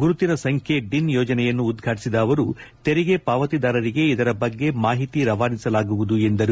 ಗುರುತಿನ ಸಂಖ್ಯೆ ಡಿನ್ ಯೋಜನೆಯನ್ನು ಉದ್ಘಾಟಿಸಿದ ಅವರು ತೆರಿಗೆ ಪಾವತಿದಾರರಿಗೆ ಇದರ ಬಗ್ಗೆ ಮಾಹಿತಿಯನ್ನು ರವಾನಿಸಲಾಗುವುದು ಎಂದರು